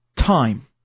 time